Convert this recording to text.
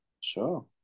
Sure